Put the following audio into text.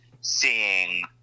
seeing